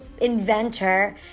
inventor